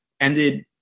ended